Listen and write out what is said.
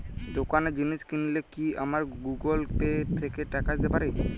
দোকানে জিনিস কিনলে কি আমার গুগল পে থেকে টাকা দিতে পারি?